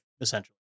essentially